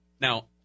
Now